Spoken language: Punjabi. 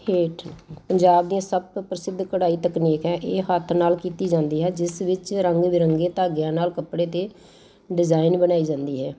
ਹੇਠ ਪੰਜਾਬ ਦੀਆਂ ਸਭ ਤੋਂ ਪ੍ਰਸਿੱਧ ਕਢਾਈ ਤਕਨੀਕ ਹੈ ਇਹ ਹੱਥ ਨਾਲ ਕੀਤੀ ਜਾਂਦੀ ਹੈ ਜਿਸ ਵਿੱਚ ਰੰਗ ਬਿਰੰਗੇ ਧਾਗਿਆਂ ਨਾਲ ਕੱਪੜੇ 'ਤੇ ਡਿਜ਼ਾਇਨ ਬਣਾਈ ਜਾਂਦੀ ਹੈ